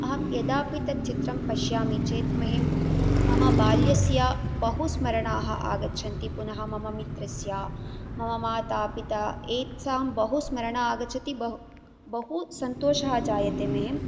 अहं यदापि तत् चित्रं पश्यामि चेत् मह्यं मम बाल्यस्य बहु स्मरणाः आगच्छन्ति पुनः मम मित्रस्य मम माता पिता एतासां बहु स्मरणम् आगच्छति बहु बहु सन्तोषाः जायते मह्यम्